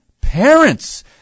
parents